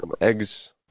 eggs